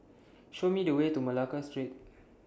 Show Me The Way to Malacca Street